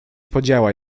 podziała